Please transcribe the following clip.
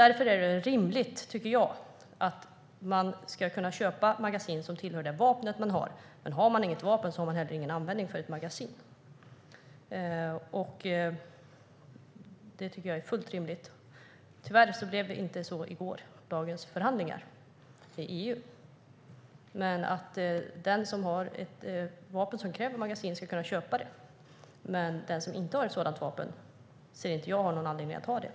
Därför är det rimligt att man får köpa magasin som hör till det vapen man har, men om man inte har något vapen har man heller ingen användning för ett magasin. Det är fullt rimligt. Tyvärr blev det inte så vid gårdagens förhandlingar i EU. Den som har ett vapen som kräver magasin ska kunna köpa dem, men den som inte har ett sådant vapen anser jag inte har någon anledning att köpa magasin.